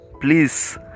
please